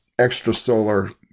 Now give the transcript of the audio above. extrasolar